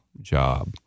job